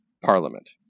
Parliament